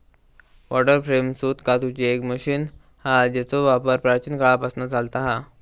water frame सूत कातूची एक मशीन हा जेचो वापर प्राचीन काळापासना चालता हा